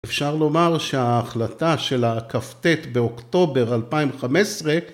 אפשר לומר שההחלטה של הכט באוקטובר 2015